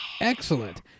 Excellent